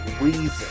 reason